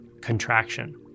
contraction